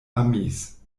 amis